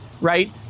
right